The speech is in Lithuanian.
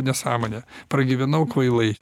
nesąmonė pragyvenau kvailai